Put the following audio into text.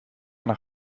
naar